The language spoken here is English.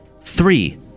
Three